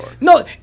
No